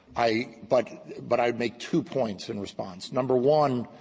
i but but i'd make two points in response. number one,